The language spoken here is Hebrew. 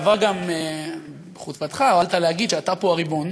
ובעבר גם בחוצפתך הואלת להגיד שאתה פה הריבון,